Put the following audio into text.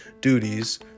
duties